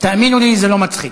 תאמינו לי, זה לא מצחיק.